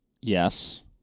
yes